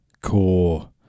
core